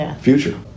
future